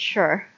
Sure